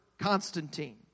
Constantine